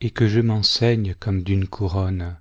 et que je m'en ceigne comme d'une couronne